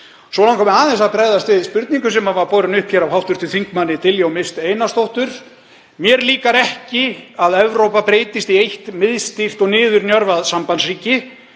Svo langar mig aðeins að bregðast við spurningu sem borin var upp af hv. þm. Diljá Mist Einarsdóttur. Mér líkar ekki að Evrópa breytist í eitt miðstýrt og niðurnjörvað sambandsríki